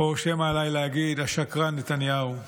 או שמא עליי להגיד "השקרן נתניהו",